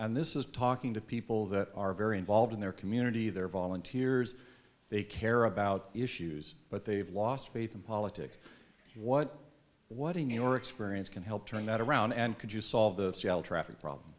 and this is talking to people that are very involved in their community they're volunteers they care about issues but they've lost faith in politics what what in your experience can help turn that around and could you solve the traffic problem